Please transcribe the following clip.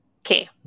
okay